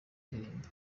ndirimbo